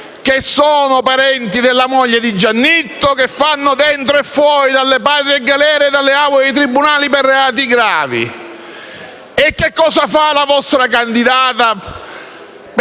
che sono parenti della moglie di Giannetto, che fanno dentro e fuori dalle patrie galere e dalle aule dei tribunali per reati gravi. E che cosa fa la vostra candidata?